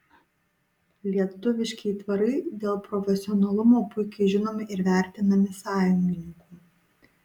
lietuviški aitvarai dėl profesionalumo puikiai žinomi ir vertinami sąjungininkų